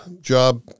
job